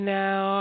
now